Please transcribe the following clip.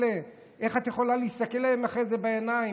איך את יכולה להסתכל להם אחרי זה בעיניים?